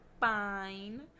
fine